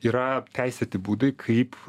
yra teisėti būdai kaip